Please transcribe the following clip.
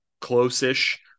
close-ish